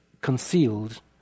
concealed